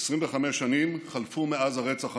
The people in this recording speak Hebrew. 25 שנים חלפו מאז הרצח הנורא.